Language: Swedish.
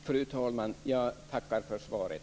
Fru talman! Jag tackar för svaret.